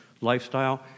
lifestyle